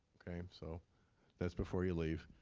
okay, so that's before you leave.